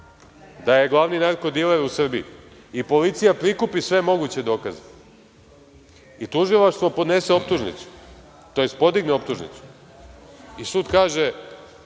da je glavni narko diler u Srbiji, i policija prikupi sve moguće dokaze i tužilaštvo podnese optužnicu, tj. podigne optužnicu i sud kaže